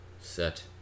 set